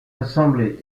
assemblées